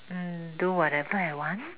mm do whatever I want